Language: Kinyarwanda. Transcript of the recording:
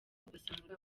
basanganywe